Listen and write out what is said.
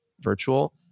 virtual